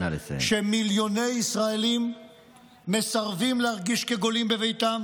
שמיליוני ישראלים מסרבים להרגיש כגולים בביתם?